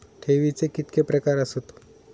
ठेवीचे कितके प्रकार आसत?